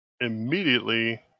immediately